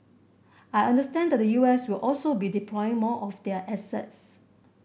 I understand that the U S will also be deploying more of their assets